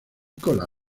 cola